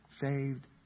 saved